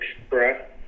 express